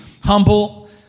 Humble